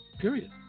Period